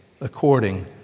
according